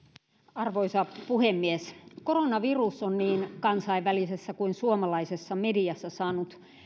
arvoisa puhemies koronavirus on niin kansainvälisessä kuin suomalaisessakin mediassa saanut